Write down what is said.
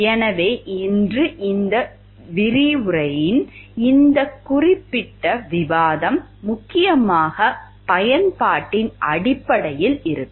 எனவே இன்று இந்த விரிவுரையின் இந்த குறிப்பிட்ட விவாதம் முக்கியமாக பயன்பாட்டின் அடிப்படையில் இருக்கும்